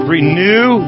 Renew